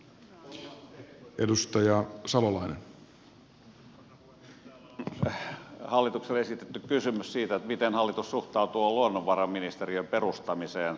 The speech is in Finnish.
täällä on hallitukselle esitetty kysymys siitä miten hallitus suhtautuu luonnonvaraministeriön perustamiseen